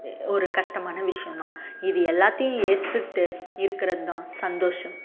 ஒரு கஷ்டமான விஷயந்தான் இது எல்லாத்தேயும் ஏற்றுக்கிட்டு இருக்கிறதுதான் சந்தோஷம்